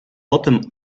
potem